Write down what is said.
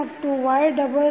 ಮತ್ತು y